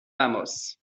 vamos